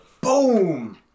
boom